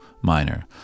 minor